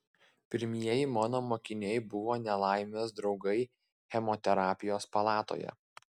pirmieji mano mokiniai buvo nelaimės draugai chemoterapijos palatoje